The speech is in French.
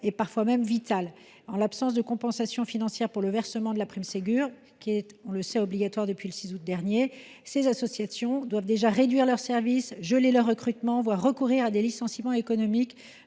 et parfois même vitale. Pourtant, en l’absence de compensation financière pour le versement de la prime Ségur, qui est obligatoire depuis le 6 août dernier, ces associations doivent déjà réduire leurs services, geler leurs recrutements, voire recourir à des licenciements économiques.